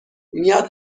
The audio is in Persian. میاد